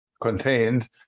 contained